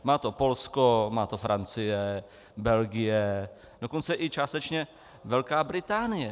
Má to Polsko, má to Francie, Belgie, dokonce i částečně Velká Británie.